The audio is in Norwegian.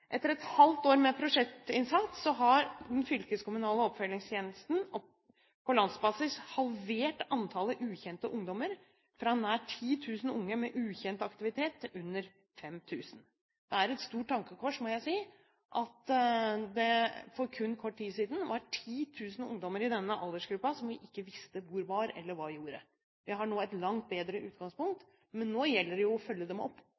Etter et halvt år med prosjektinnsats har den fylkeskommunale oppfølgingstjenesten på landsbasis halvert antallet ukjente ungdommer fra nær 10 000 unge med ukjent aktivitet til under 5 000. Det er et stort tankekors, må jeg si, at det for kun kort tid siden var 10 000 ungdommer i denne aldersgruppen som vi ikke visste hvor var, eller hva de gjorde. Vi har nå et langt bedre utgangspunkt, men nå gjelder det å følge dem opp